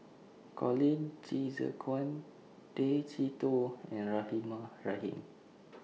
Colin Qi Zhe Quan Tay Chee Toh and Rahimah Rahim